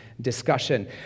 discussion